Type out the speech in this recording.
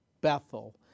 Bethel